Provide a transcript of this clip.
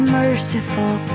merciful